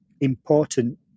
important